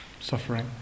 Suffering